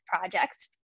projects